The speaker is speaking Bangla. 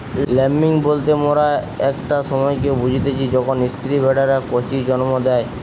ল্যাম্বিং বলতে মোরা একটা সময়কে বুঝতিচী যখন স্ত্রী ভেড়ারা কচি জন্ম দেয়